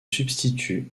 substitue